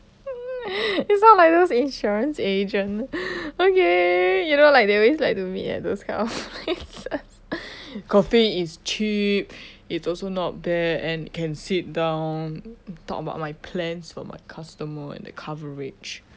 you sound like those insurance agent okay you know like they always like to meet at those kind of places coffee is cheap it's also not bad and can sit down talk about my plans for my customer and the coverage